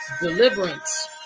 deliverance